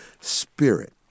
spirit